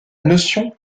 notion